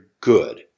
good